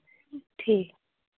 ठीक